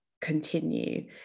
continue